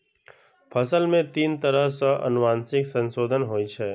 फसल मे तीन तरह सं आनुवंशिक संशोधन होइ छै